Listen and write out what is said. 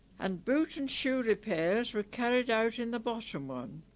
and boot and shoe repairs were carried out in the bottom one